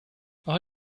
all